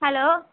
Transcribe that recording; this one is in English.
hello